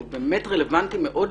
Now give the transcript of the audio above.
שהוא באמת רלוונטי מאוד.